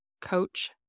coach